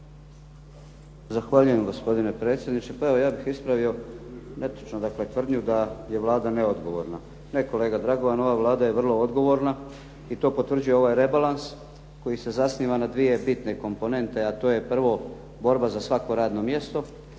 Zahvaljujem gospodine predsjedniče. Pa ja bih ispravio dakle tvrdnju da je Vlada neodgovorna. Ne kolega Dragovan, ova Vlada je vrlo odgovorna. I to potvrđuje ovaj rebalans koji se zasniva na dvije bitne komponente. A to je prvo, borba za svako radno mjesto,